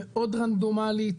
מאוד רנדומלית,